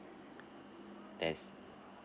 that's